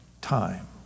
time